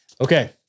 Okay